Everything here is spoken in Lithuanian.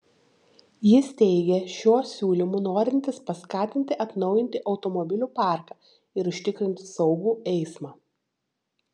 jis teigia šiuo siūlymu norintis paskatinti atnaujinti automobilių parką ir užtikrinti saugų eismą